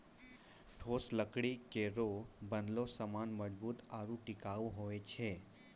ठोस लकड़ी केरो बनलो सामान मजबूत आरु टिकाऊ होय छै